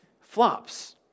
flops